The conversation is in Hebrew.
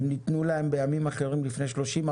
הם ניתנו להם בימים אחרים לפני 30,